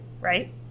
right